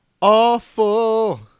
Awful